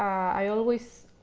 i always